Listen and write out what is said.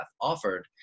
offered